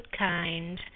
Goodkind